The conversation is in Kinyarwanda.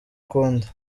ukundi